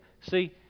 see